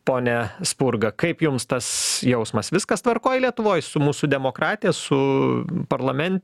pone spurga kaip jums tas jausmas viskas tvarkoj lietuvoj su mūsų demokratija su parlamen